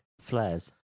Flares